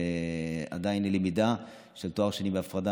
ועדיין אין למידה של תואר שני בהפרדה.